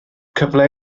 cyfle